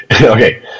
Okay